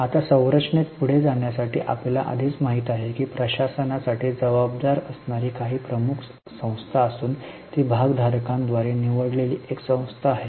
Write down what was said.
आता संरचनेत पुढे जाण्यासाठी आपल्याला आधीच माहित आहे की प्रशासनासाठी जबाबदार असणारी काही प्रमुख संस्था असून ती भागधारकांद्वारे निवडलेली एक संस्था आहे